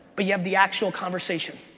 but you have the actual conversation.